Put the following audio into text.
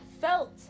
Felt